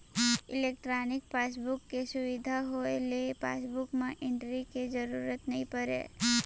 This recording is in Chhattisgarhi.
इलेक्ट्रानिक पासबुक के सुबिधा होए ले पासबुक म एंटरी के जरूरत नइ परय